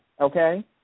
okay